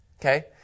okay